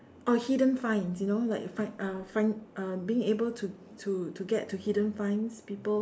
oh hidden finds you know like find uh find uh being able to to to get to hidden finds people